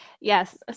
Yes